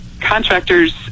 contractors